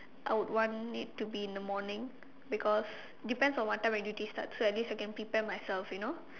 I would want it to be in the morning because depends on what time my duty starts so at least I can prepare myself you know